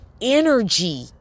energy